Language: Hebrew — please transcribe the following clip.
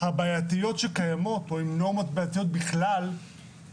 הבעייתיות שקיימות ועם נורמות בעייתיות בכלל זה חינוך,